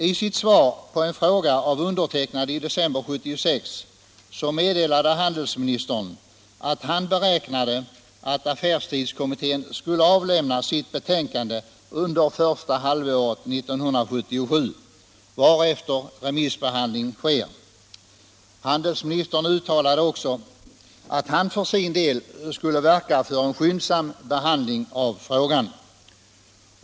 I sitt svar på en fråga av mig i december 1976 meddelade handelsministern att han beräknade att affärstidskommittén skulle avlämna sitt betänkande under första halvåret 1977, varefter remissbehandling skall ske. Handelsministern uttalade också att han för sin del skulle verka för en skyndsam behandling av frågan.